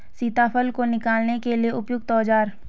सीताफल को निकालने के लिए उपयुक्त औज़ार?